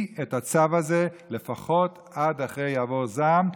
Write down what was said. את הצו הזה לפחות עד אחרי יעבור זעם,